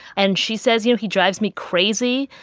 and she says, you know, he drives me crazy.